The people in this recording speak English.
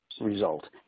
result